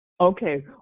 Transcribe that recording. Okay